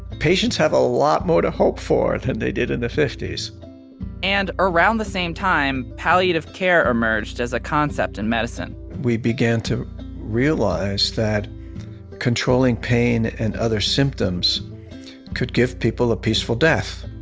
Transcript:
patients have a lot more to hope for than they did in the fifties and around the same time, palliative care emerged as a concept in medicine we began to realize that controlling pain and other symptoms could give people a peaceful death.